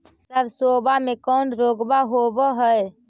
सरसोबा मे कौन रोग्बा होबय है?